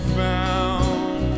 found